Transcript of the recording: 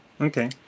Okay